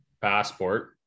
passport